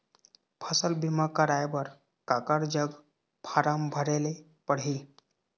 फसल बीमा कराए बर काकर जग फारम भरेले पड़ही?